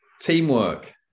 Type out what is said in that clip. teamwork